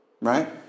Right